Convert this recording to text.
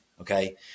Okay